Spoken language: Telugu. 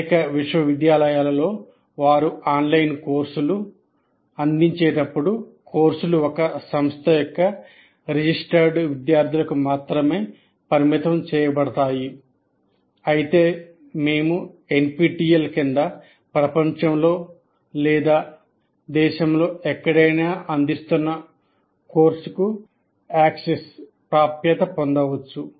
అనేక విశ్వవిద్యాలయాలలో వారు ఆన్లైన్ కోర్సులు అందించేటప్పుడు కోర్సులు ఒక సంస్థ యొక్క రిజిస్టర్డ్ విద్యార్థులకు మాత్రమే పరిమితం చేయబడతాయి అయితే మేము ఎన్పిటిఇఎల్ పొందవచ్చు